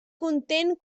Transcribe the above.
content